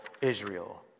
Israel